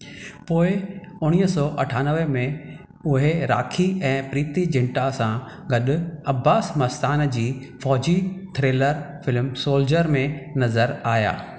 पोइ उणिवीह सौ अठानवे में उहे राखी ऐं प्रीति जिंटा सां गॾु अब्बास मस्तान जी फ़ौजी थ्रिलर फ़िल्मु सोल्जर में नज़रु आया